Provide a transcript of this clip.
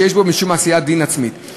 שיש בו משום עשיית דין עצמית.